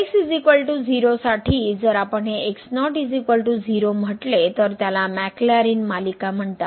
तर x 0 साठी जर आपण हे x0 0 म्हटले तर त्याला मॅकलॅरिन मालिका म्हणतात